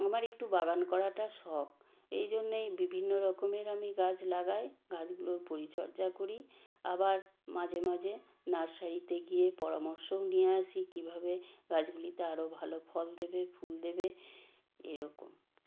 আমার একটু বাগান করাটা শখ এই জন্যেই বিভিন্ন রকমের আমি গাছ লাগাই গাছগুলোর পরিচর্যা করি আবার মাঝে মাঝে নার্সারিতে গিয়ে পরামর্শও নিয়ে আসি কীভাবে গাছগুলিতে আরও ভালো ফল দেবে ফুল দেবে এরকম